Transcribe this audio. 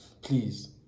Please